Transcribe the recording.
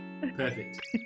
perfect